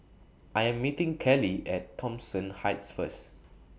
I Am meeting Keli At Thomson Heights First